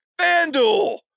FanDuel